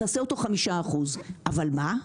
תעשה אותו 5% אבל מה,